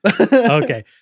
Okay